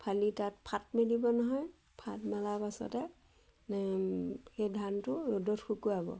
ফালি তাত ফাট মেলিব নহয় ফাট মেলাৰ পাছতে সেই ধানটো ৰ'দত শুকুৱাব